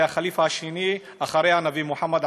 הח'ליף השני אחרי הנביא מוחמד,